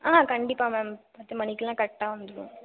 ஆ கண்டிப்பாக மேம் பத்து மணிக்கெலாம் கரெக்டாக வந்துவிடுவோம்